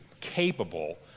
capable